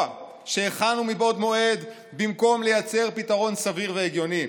שהכנו מבעוד מועד במקום לייצר פתרון סביר והגיוני.